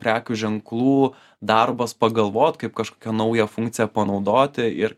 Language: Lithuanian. prekių ženklų darbas pagalvot kaip kažkokią naują funkciją panaudoti ir